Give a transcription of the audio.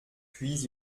puis